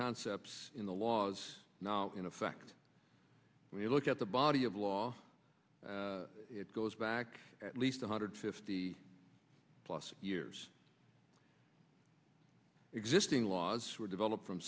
concepts in the laws now in effect when you look at the body of law it goes back at least one hundred fifty plus years existing laws were developed from